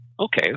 okay